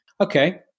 Okay